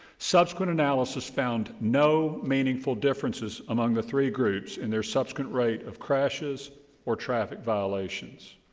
subsequent analysis found no meaningful differences among the three groups in their subsequent rate of crashes or traffic violations.